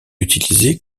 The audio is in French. utilisée